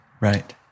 Right